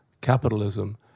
capitalism